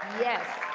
yes.